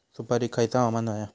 सुपरिक खयचा हवामान होया?